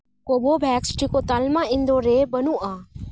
ᱠᱳᱵᱷᱳ ᱵᱷᱮᱠᱥ ᱴᱤᱠᱟᱹ ᱛᱟᱞᱢᱟ ᱤᱱᱰᱳᱨ ᱨᱮ ᱵᱟᱹᱱᱩᱜᱼᱟ